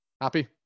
Happy